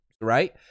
right